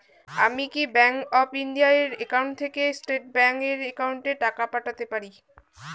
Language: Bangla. আমি কি ব্যাংক অফ ইন্ডিয়া এর একাউন্ট থেকে স্টেট ব্যাংক এর একাউন্টে টাকা পাঠাতে পারি?